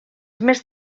més